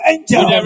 Angel